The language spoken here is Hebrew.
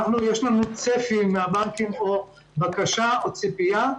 יש לנו צפי מהבנקים, בקשה או ציפייה,